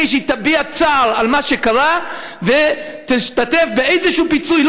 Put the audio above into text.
זה שהיא תביע צער על מה שקרה ותשתתף באיזשהו פיצוי,